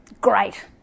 Great